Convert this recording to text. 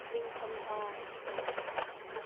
ꯅꯤꯡꯊꯝ ꯊꯥ